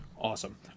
Awesome